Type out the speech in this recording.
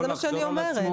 שיכול לחזור על עצמו.